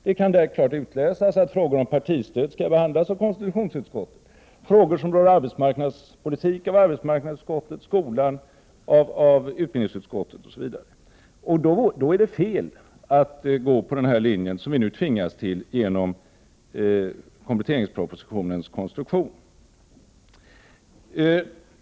Det kan där klart utläsas att frågor om partistöd skall behandlas av konstitutionsutskottet, frågor som rör arbetsmarknadspolitik av arbetsmarknadsutskottet, frågor om skolan av utbildningsutskottet osv. Då är det fel att gå på denna linje, som vi nu tvingas till genom kompletteringspropositionens konstruktion.